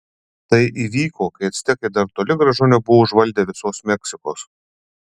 tai įvyko kai actekai dar toli gražu nebuvo užvaldę visos meksikos